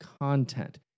content